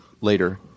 later